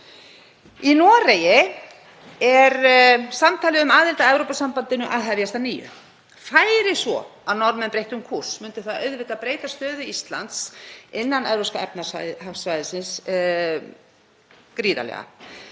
Í Noregi er samtalið um aðild að Evrópusambandinu að hefjast að nýju. Færi svo að Norðmenn breyttu um kúrs myndi það auðvitað breyta stöðu Íslands innan Evrópska efnahagssvæðisins gríðarlega.